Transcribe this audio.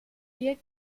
wir